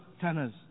tenors